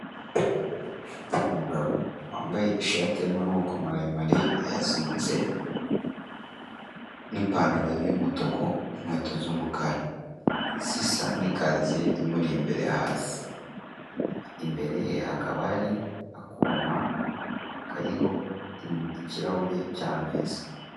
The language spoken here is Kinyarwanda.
Umugabo wambaye ishati y'amaboko maremare yazinze n'ipanaro y'umutuku n'inkweto z'umukara zisa n'ikaziye imuri imbere hasi, imbere ye hakaba hari akuma kariho ikirahure cy'ameza.